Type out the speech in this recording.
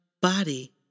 body